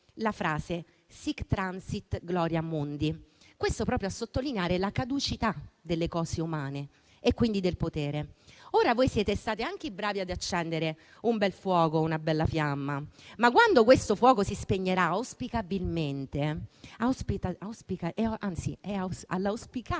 la frase: *sic transit gloria mundi*, proprio a sottolineare la caducità delle cose umane e quindi del potere. Ora, voi siete stati anche bravi ad accendere un bel fuoco, una bella fiamma, ma quando questo fuoco si spegnerà, all'auspicabile